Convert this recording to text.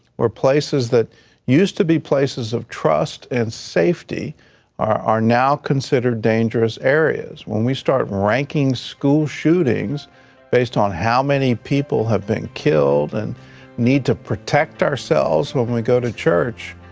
where places that used to be places of trust and safety are now considered dangerous areas. when we start ranking school shootings based on how many people have been killed, and the need to protect ourselves when when we go to church,